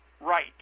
right